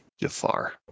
Jafar